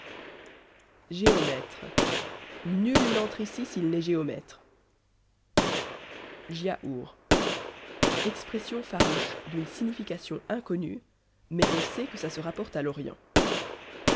géomètre nul n'entre ici s'il n'est géomètre giaour expression farouche d'une signification inconnue mais on sait que ça se rapporte à l'orient